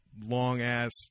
long-ass